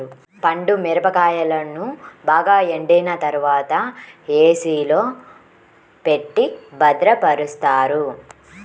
పండు మిరపకాయలను బాగా ఎండిన తర్వాత ఏ.సీ లో పెట్టి భద్రపరుస్తారు